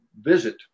visit